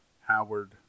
Howard